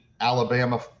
Alabama